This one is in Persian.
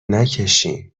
نکشینالان